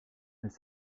mais